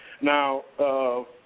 now